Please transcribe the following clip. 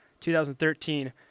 2013